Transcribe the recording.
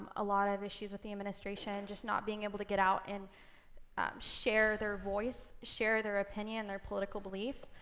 a lot of issues with the administration just not being able to get out and share their voice, share their opinion, their political belief.